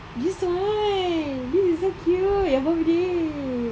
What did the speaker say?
this [one] this is so cute your birthday